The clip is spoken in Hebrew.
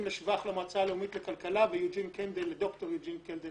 לשבח למועצה הלאומית לכלכלה ולד"ר יוג'ין קנדל